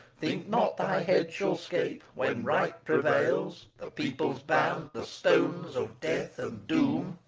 think not thy head shall scape, when right prevails, the people's ban, the stones of death and doom.